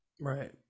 right